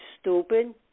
stupid